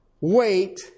Wait